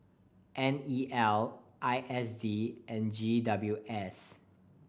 N E L I S D and G W S